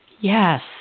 Yes